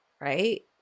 right